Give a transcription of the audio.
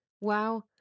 wow